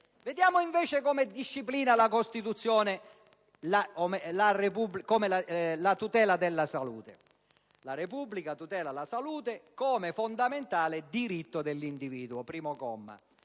dell'articolo 32 disciplina la tutela della salute: «La Repubblica tutela la salute come fondamentale diritto dell'individuo».